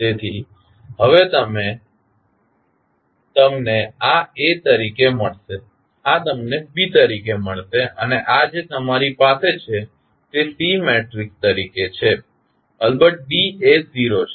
તેથી હવે આ તમને A તરીકે મળશે આ તમને B તરીકે મળશે અને આ જે તમારી પાસે છે તે C મેટ્રિકસ તરીકે છે અલબત Dએ 0 છે